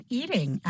eating